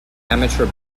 amateur